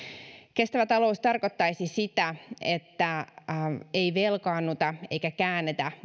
kestävä talous tarkoittaisi sitä että ei velkaannuta eikä käännetä